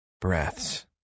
breaths